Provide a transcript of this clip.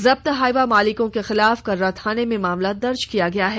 जब्त हाइवा मालिकों के खिलाफ कर्रा थाने में मामला दर्ज किया गया है